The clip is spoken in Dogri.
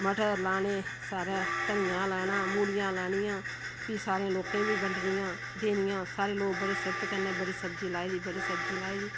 मटर लाने सारै धनिया लाना मूलियां लानियां फ्ही सारें लोकें गी बी बंडनियां देनियां सारे लोक बड़े सिफत कन्नै बड़ी सब्जी लाई दी बड़ी सब्जी लाई दी